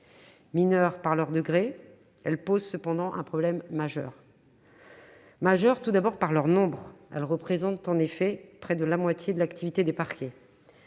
Mineures par leur degré, elles posent cependant un problème majeur, tout d'abord par leur nombre, car elles représentent près de la moitié de l'activité des parquets,